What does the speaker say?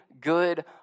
good